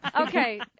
Okay